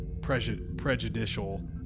prejudicial